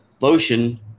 lotion